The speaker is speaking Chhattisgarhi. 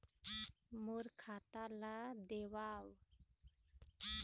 मोर खाता ला देवाव?